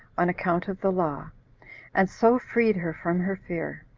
on account of the law and so freed her from her fear.